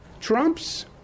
Trump's